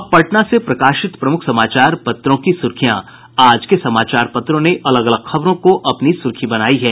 अब पटना से प्रकाशित प्रमुख समाचार पत्रों की सुर्खियां आज के समाचार पत्रों ने अलग अलग खबरों की अपनी सुर्खी बनायी है